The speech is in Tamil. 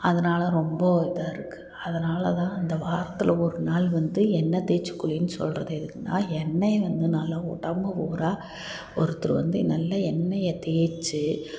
அதனால ரொம்ப இதாக இருக்குது அதனால தான் அந்த வாரத்தில் ஒரு நாள் வந்து எண்ணெய் தேய்ச்சு குளின்னு சொல்கிறது எதுக்குனா எண்ணெய் வந்து நல்லா உடம்பு பூராக ஒருத்தர் வந்து நல்லா எண்ணெய் தேய்ச்சு